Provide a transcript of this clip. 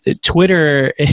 Twitter